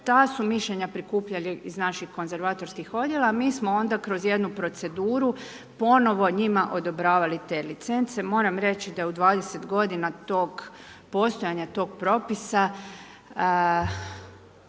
ta su mišljenja prikupljali iz naših konzervatorskih odjela. Mi smo onda kroz jednu proceduru, ponovno njima odobravali te licence. Moram reći da je u 20 g. postojanje tog propisa,